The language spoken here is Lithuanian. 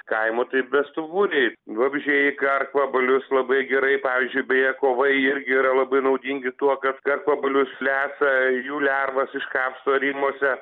kaimo tai bestuburiai vabzdžiai karkvabalius labai gerai pavyzdžiui beje kovai irgi yra labai naudingi tuo kad karkvabalius lesa jų lervas iškapsto arimuose